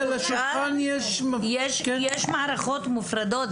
יש מערכות מופרדות.